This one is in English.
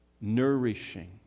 nourishing